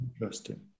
interesting